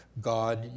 God